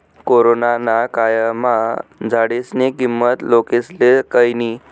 corona ना कायमा झाडेस्नी किंमत लोकेस्ले कयनी